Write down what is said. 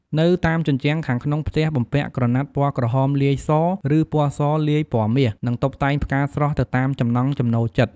នៅតាមជញ្ជាំងខាងក្នុងផ្ទះបំពាក់ក្រណាត់ពណ៌ក្រហមលាយសរ ឬពណ៌សលាយពណ៌មាស និងតុបតែងផ្កាស្រស់ ទៅតាមចំណង់ចំណូលចិត្ត។